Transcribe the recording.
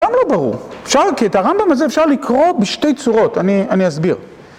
גם לא ברור, כי את הרמב״ם הזה אפשר לקרוא בשתי צורות, אני אני אסביר...